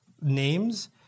names